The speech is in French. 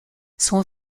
son